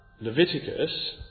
Leviticus